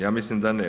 Ja mislim da ne.